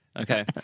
Okay